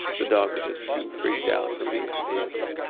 the dog was just too freaked out to leave the vehicle.